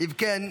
אם כן,